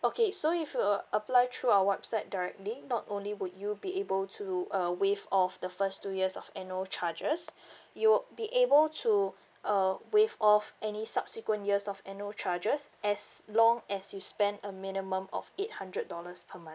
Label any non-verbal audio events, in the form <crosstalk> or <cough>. okay so if you're a~ apply through our website directly not only would you be able to uh waive off the first two years of annual charges <breath> you would be able to uh waive off any subsequent years of annual charges as long as you spend a minimum of eight hundred dollars per month